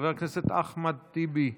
חבר הכנסת אחמד טיבי,